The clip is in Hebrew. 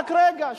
רק רגע.